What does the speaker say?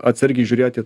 atsargiai žiūrėti